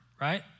right